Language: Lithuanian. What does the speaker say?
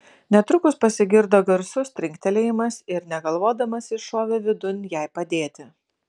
netrukus pasigirdo garsus trinktelėjimas ir negalvodamas jis šovė vidun jai padėti